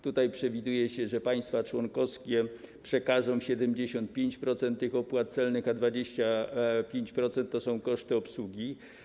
Tutaj przewiduje się, że państwa członkowskie przekażą 75% tych opłat celnych, a 25% to będą koszty obsługi.